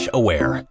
aware